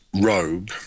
robe